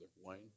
Wayne